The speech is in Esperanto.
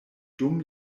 dum